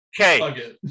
okay